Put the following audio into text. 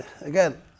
again